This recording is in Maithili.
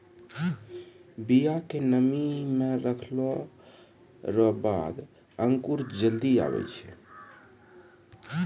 बिया के नमी मे रखलो रो बाद अंकुर जल्दी आबै छै